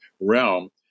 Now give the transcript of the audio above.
realm